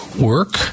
work